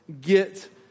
get